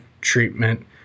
treatment